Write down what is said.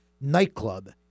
nightclub